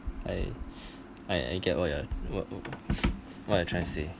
I I I get what you're what what you're trying to say